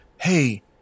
Hey